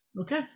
Okay